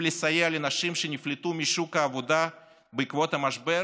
לסייע לנשים שנפלטו משוק העבודה בעקבות המשבר